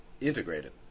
integrated